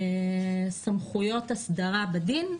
סמכויות הסדרה בדין.